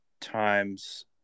times